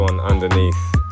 underneath